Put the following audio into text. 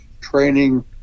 training